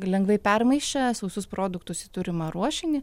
lengvai permaišę sausus produktus į turimą ruošinį